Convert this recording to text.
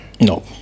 No